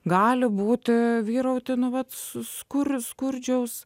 gali būti vyrauti nuolat skurdžių skurdžiaus